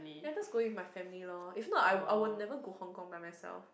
ya I'm just going with my family loh if not I will I will never go Hong Kong by myself